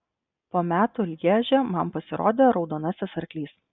po metų lježe man pasirodė raudonasis arklys